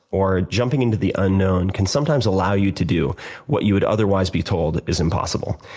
or jumping into the unknown can sometimes allow you to do what you would otherwise be told is impossible.